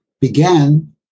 began